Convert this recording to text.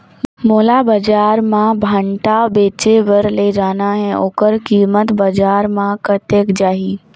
मोला बजार मां भांटा बेचे बार ले जाना हे ओकर कीमत बजार मां कतेक जाही?